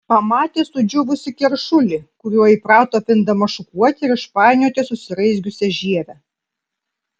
pamatė sudžiūvusį keršulį kuriuo įprato pindama šukuoti ir išpainioti susiraizgiusią žievę